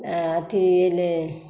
अऽ अथी एलै